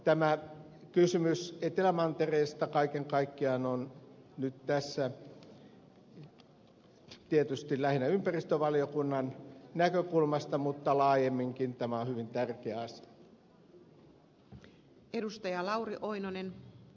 tämä kysymys etelämantereesta kaiken kaikkiaan on nyt tässä tietysti lähinnä ympäristövaliokunnan näkökulmasta mutta laajemminkin hyvin tärkeä asia